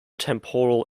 temporal